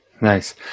Nice